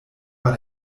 war